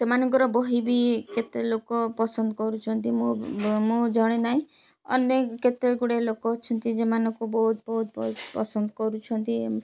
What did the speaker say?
ସେମାନଙ୍କର ବହି ବି କେତେ ଲୋକ ପସନ୍ଦ କରୁଛନ୍ତି ମୁଁ ମୁଁ ମୁଁ ଜଣେ ନାହିଁ ଅନେକ କେତେ ଗୁଡ଼ିଏ ଲୋକ ଅଛନ୍ତି ଯେମାନଙ୍କୁ ବହୁତ ବହୁତ ବହୁତ ପସନ୍ଦ କରୁଛନ୍ତି